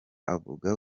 avuga